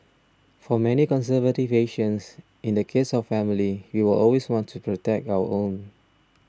for many conservative Asians in the case of family we will always want to protect our own